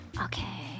Okay